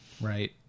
right